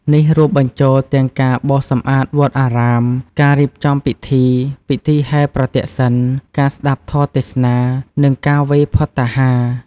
នេះរួមបញ្ចូលទាំងការបោសសម្អាតវត្តអារាម ការរៀបចំពិធី ពិធីហែរប្រទក្សិណ ការស្ដាប់ធម៌ទេសនា និងការវេរភត្តាហារ។